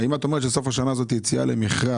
אם את אומרת שבסוף השנה יציאה למכרז,